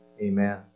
Amen